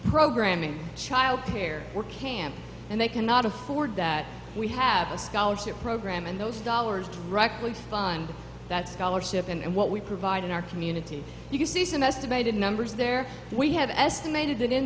programming childcare camp and they cannot afford that we have a scholarship program and those dollars we fund that scholarship and what we provide in our community you can see some estimated numbers there we have estimated